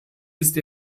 ist